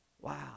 wow